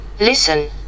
Listen